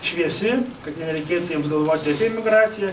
šviesi kad nereikėtų jiems galvoti apie emigraciją